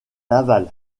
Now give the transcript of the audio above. laval